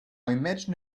imagine